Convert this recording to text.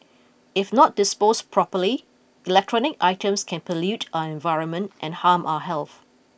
if not dispose properly electronic items can pollute our environment and harm our health